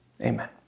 Amen